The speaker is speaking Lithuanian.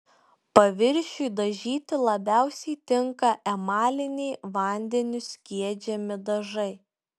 paviršiui dažyti labiausiai tinka emaliniai vandeniu skiedžiami dažai